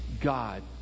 God